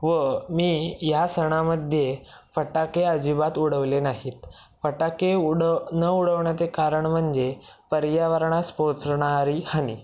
व मी या सणामध्ये फटाके अजिबात उडवले नाहीत फटाके उड न उडवण्याचे कारण म्हणजे पर्यावरणास पोचणारी हानी